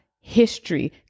history